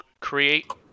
create